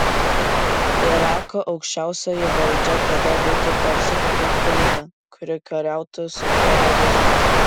irako aukščiausioji valdžia tada būtų tarsi kokia chunta kuri kariautų su teroristais